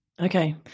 Okay